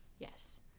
Yes